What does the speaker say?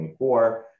2024